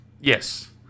Yes